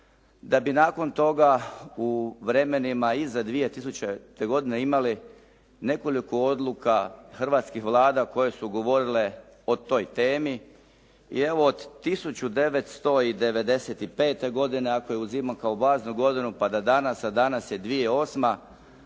da bi nakon toga u vremenima iza 2000. godine imali nekoliko odluka hrvatskih vlada koje su govorile o toj temi. I evo, od 1995. godine, ako je uzimamo kao važnu godinu, pa da danas, a danas je 2008. prošlo